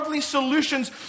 Solutions